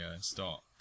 start